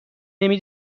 نمی